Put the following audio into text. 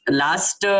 last